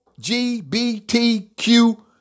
LGBTQ